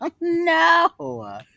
No